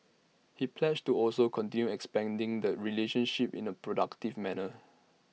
he pledged to also continue expanding the relationship in A productive manner